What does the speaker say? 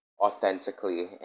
authentically